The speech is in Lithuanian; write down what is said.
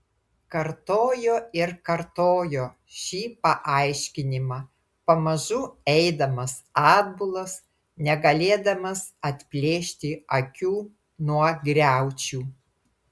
kartojo ir kartojo šį paaiškinimą pamažu eidamas atbulas negalėdamas atplėšti akių nuo griaučių